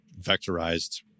vectorized